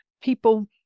People